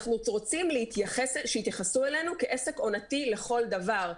אנחנו רוצים שיתייחסו אלינו כעסק עונתי לכל דבר.